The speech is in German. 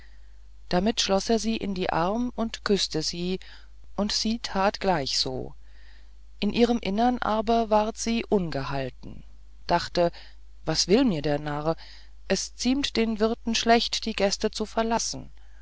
damit schloß er sie in den arm und küßte sie und sie tat gleich also in ihrem innern aber war sie ungehalten dachte was will mir der narr es ziemt den wirten schlecht die gäste zu verlassen